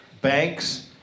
banks